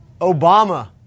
Obama